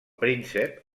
príncep